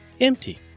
empty